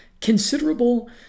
Considerable